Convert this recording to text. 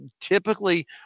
typically